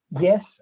Yes